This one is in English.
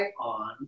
on